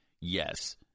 Yes